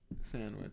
sandwich